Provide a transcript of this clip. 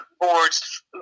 boards